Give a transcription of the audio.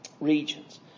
regions